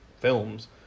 films